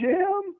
Jim